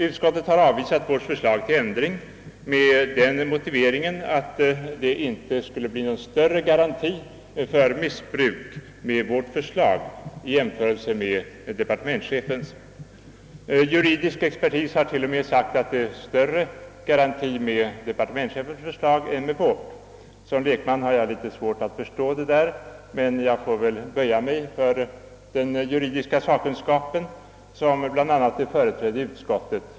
Utskottet har avvisat vårt förslag till ändring med motiveringen att förslaget inte ger större garanti för missbruk än den av departementschefen förordade lagtexten. Juridisk expertis har t.o.m. gjort gällande att departementschefens förslag till skrivning bättre skyddar mot missbruk än vårt ändringsförslag. Som lekman har jag litet svårt att förstå detta, men jag får väl böja mig för den juridiska sakkunskapen, som bl.a. är företrädd i utskottet.